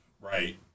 Right